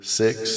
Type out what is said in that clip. six